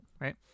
right